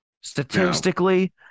Statistically